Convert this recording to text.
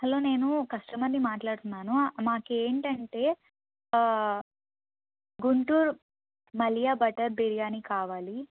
hello నేను కస్టమర్ని మాట్లాడుతున్నాను మాకు ఏంటంటే గుంటూరు మాలై మటన్ బిర్యానీ కావాలి